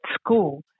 school